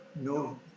no